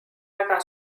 väga